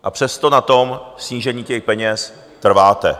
A přesto na snížení těch peněz trváte.